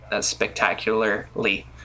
spectacularly